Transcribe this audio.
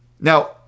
Now